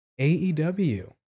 AEW